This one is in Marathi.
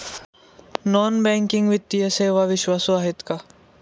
नॉन बँकिंग वित्तीय सेवा विश्वासू आहेत का?